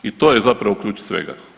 I to je zapravo ključ svega.